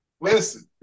listen